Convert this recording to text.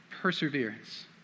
perseverance